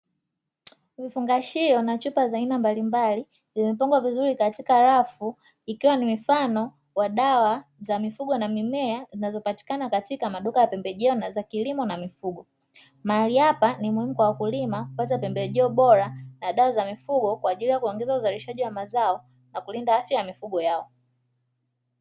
Vifungashio na chupa za aina mbalimbali zimepangwa vizuri katika rafu, ikiwa ni mifano ya dawa za mifugo na mimea zinazopatikana katika maduka ya pembejeo na za kilimo na mifugo. Mahali hapa ni muhimu kwa wakulima kupata pembejeo bora na dawa za mifugo kwa ajili ya kuongeza uzalishaji wa mazao na kulinda afya za mifugo yao.